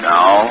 Now